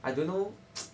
I don't know